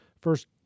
first